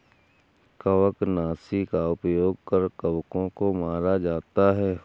कवकनाशी का उपयोग कर कवकों को मारा जाता है